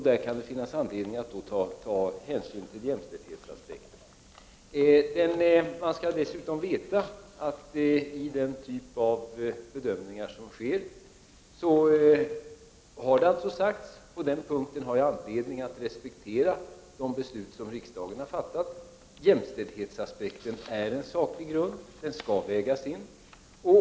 Då kan det finnas anledning att ta hänsyn till jämställdhetsaspekten. Man skall dessutom veta att för den typ av bedömningar som sker har det alltså sagts — på den punkten har jag anledning att respektera de beslut som riksdagen har fattat — att jämställdhetsaspekten är en saklig grund och skall vägas in.